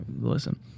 listen